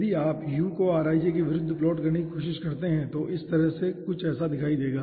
यदि आप u को rij के विरुद्ध प्लाट करने कोशिश करते हैं तो यह इस तरह से कुछ ऐसा दिखाई देगा